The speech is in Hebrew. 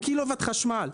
או קילוואט חשמל,